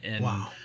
Wow